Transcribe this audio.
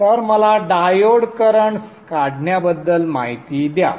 तर मला diode currents काढण्याबद्दल माहिती द्या